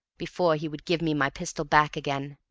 before he would give me my pistol back again.